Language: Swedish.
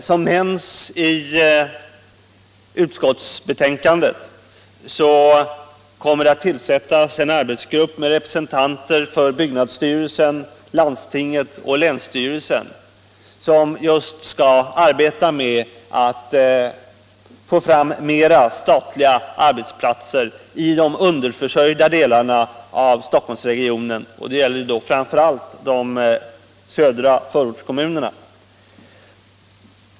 Som nämns i utskottsbetänkandet kommer det att tillsättas en arbetsgrupp med representanter för byggnadsstyrelsen, landstinget och länsstyrelsen som just skall arbeta med att få fram flera statliga arbetsplatser i de underförsörjda delarna av Stockholmsregionen. Det gäller då framför allt de södra förortskommunerna.